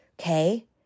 Okay